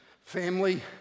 family